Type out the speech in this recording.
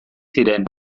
ziren